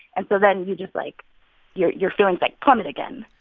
and so then, you just, like your your feelings, like, plummet again.